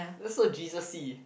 that's so Jesusy